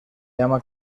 llama